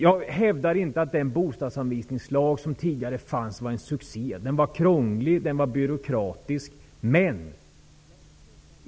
Jag hävdar inte att den bostadsanvisningslag som fanns tidigare var en succé. Den var krånglig och byråkratisk.